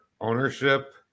ownership